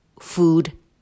food